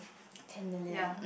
ten million